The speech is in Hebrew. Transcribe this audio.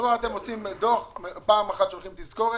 כלומר אתם מוסרים דוח ואז פעם אחת שולחים תזכורת.